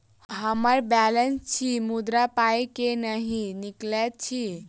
हम्मर बैलेंस अछि मुदा पाई केल नहि निकलैत अछि?